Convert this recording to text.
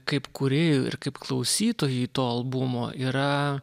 kaip kūrėjui ir kaip klausytojui to albumo yra